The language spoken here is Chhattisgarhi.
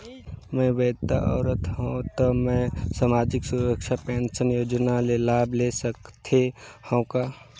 मैं विधवा औरत हवं त मै समाजिक सुरक्षा पेंशन योजना ले लाभ ले सकथे हव का?